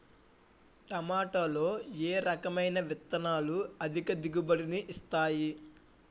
టమాటాలో ఏ రకమైన విత్తనాలు అధిక దిగుబడిని ఇస్తాయి